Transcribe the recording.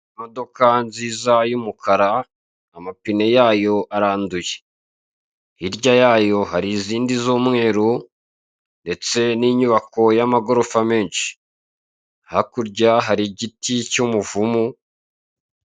Imodoka nziza y'umukara, amapine yayo aranduye, hirya yayo hari izindi z'umweru ndetse n'inyubako z'amagorofa menshi, hakurya yayo hari igiti cy'umuvumu.